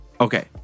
Okay